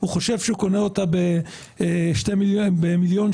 הוא חושב שהוא קונה אותה במיליון שקל,